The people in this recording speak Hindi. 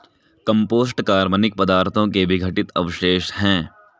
कम्पोस्ट कार्बनिक पदार्थों के विघटित अवशेष हैं